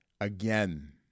again